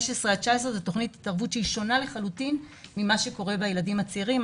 15 עד 19 זו תוכנית התערבות שונה לחלוטין ממה שקורה בילדים הצעירים.